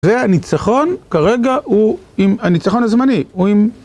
זה הניצחון, כרגע הוא הניצחון הזמני